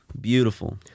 beautiful